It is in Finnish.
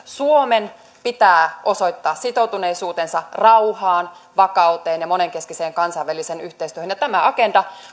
suomen pitää osoittaa sitoutuneisuutensa rauhaan vakauteen ja moninkeskiseen kansainväliseen yhteistyöhön ja tämä agenda